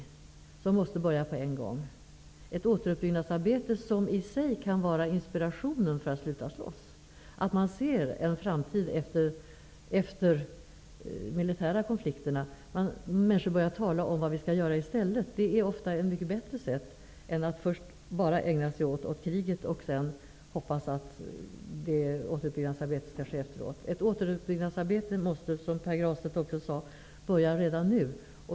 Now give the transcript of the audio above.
Detta arbete måste börja på en gång. Det handlar således om ett återuppbyggnadsarbete, som i sig kan vara en inspiration till att man slutar slåss. Att man ser en framtid bortom de militära konflikterna och att människor börjar tala om vad som skall göras i stället är ofta mycket bättre än att först bara ägna sig åt kriget och att sedan hoppas på att ett återuppbyggnadsarbete sker därefter. Som Pär Granstedt sade måste återuppbyggnadsarbetet börja redan nu.